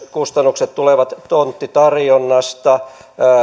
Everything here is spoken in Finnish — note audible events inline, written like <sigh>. <unintelligible> kustannukset tulevat paljolti myös tonttitarjonnasta